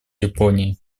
японии